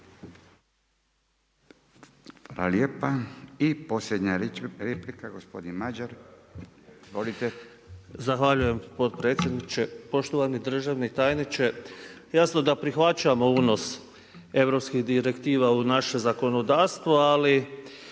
Madjer. Izvolite. **Madjer, Mladen (HSS)** Zahvaljujem potpredsjedniče. Poštovani državni tajniče, jasno da prihvaćamo unos, europskih direktiva u naše zakonodavstvo, ali